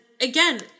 again